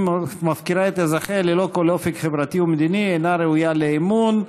ומפקירה את אזרחיה ללא כל אופק חברתי ומדיני אינה ראויה לאמון,